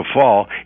fall